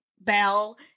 bell